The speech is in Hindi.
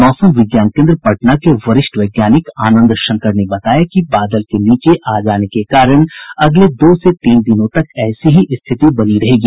मौसम विज्ञान केन्द्र पटना के वरिष्ठ वैज्ञानिक आनंद शंकर ने बताया कि बादल के नीचे आ जाने के कारण अगले दो से तीन दिनों तक ऐसी ही स्थिति बनी रहेगी